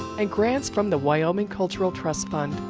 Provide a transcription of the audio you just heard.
and grants from the wyoming cultural trust fund.